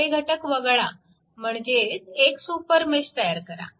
हे घटक वगळा म्हणजेच एक सुपरमेश तयार करा